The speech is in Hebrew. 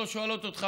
לא שואלות אותך,